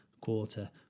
quarter